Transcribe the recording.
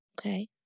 Okay